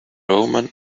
roman